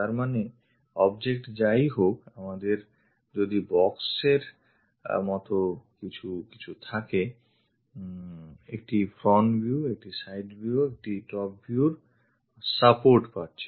তার মানে object যা ই হোক আমাদের যদি box এর মত কিছু কিছু থাকে একটি front view একটি side view একটি top view র সহযোগিতা পাচ্ছে